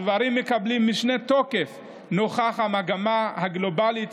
הדברים מקבלים משנה תוקף נוכח המגמה הגלובלית